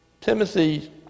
Timothy